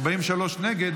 43 נגד,